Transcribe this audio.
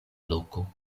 loko